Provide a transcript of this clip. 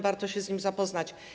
Warto się z nim zapoznać.